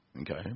Okay